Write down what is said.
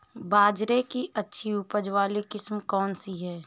बाजरे की अच्छी उपज वाली किस्म कौनसी है?